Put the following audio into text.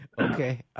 okay